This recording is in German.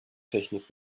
technik